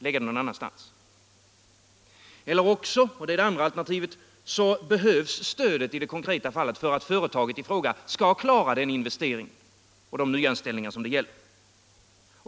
Det andra alternativet är att stödet behövs i det konkreta fallet för att företaget i fråga skall klara den investering och de nyanställningar som det gäller.